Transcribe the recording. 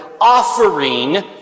offering